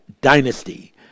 dynasty